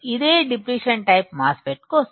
ఇది depletion type MOSFET కోసం